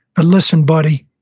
but listen, buddy,